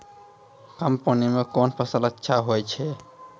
कम पानी म कोन फसल अच्छाहोय छै?